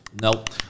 Nope